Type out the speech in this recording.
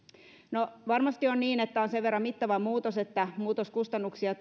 varmasti on niin että tämä on sen verran mittava muutos että muutoskustannuksia